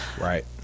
Right